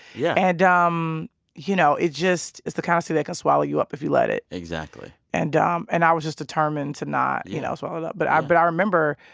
yeah and, um you know, it's just it's the kind of city that can swallow you up if you let it exactly and um and i was just determined to not, you know, swallow it up. but i but i remember,